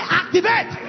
activate